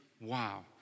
wow